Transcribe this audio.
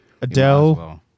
Adele